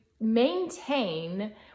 maintain